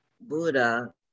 Buddha